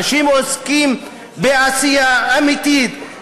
אנשים עוסקים בעשייה אמיתית.